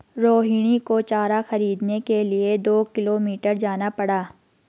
रोहिणी को चारा खरीदने के लिए दो किलोमीटर जाना पड़ा